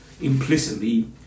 implicitly